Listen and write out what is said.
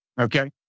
Okay